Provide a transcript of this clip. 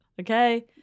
Okay